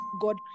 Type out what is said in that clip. God